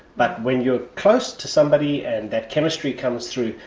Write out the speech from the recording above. but when you're close to somebody and that chemistry comes through,